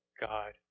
God